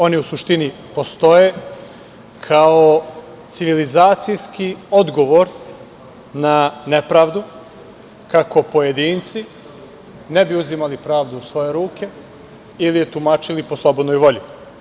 Oni u suštini postoje kao civilizacijski odgovor na nepravdu kako pojedinci ne bi uzimali pravdu u svoje ruke ili je tumačili po slobodnoj volji.